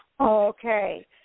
Okay